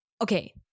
Okay